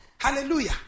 Hallelujah